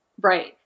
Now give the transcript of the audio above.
Right